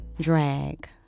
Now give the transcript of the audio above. Drag